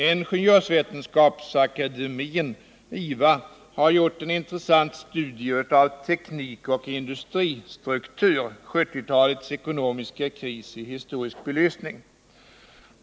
Ingenjörsvetenskapsakademien, IVA, har gjort en intressant studie, Teknik och industristruktur, 70-talets ekonomiska kris i historisk belysning.